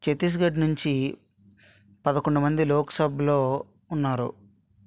ఛత్తీస్ఘడ్ నుంచి పదకొండు మంది లోక్సభలో ఉన్నారు